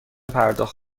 پرداخت